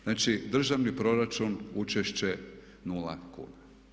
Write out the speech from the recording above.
Znači državni proračun učešće 0 kuna.